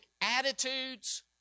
attitudes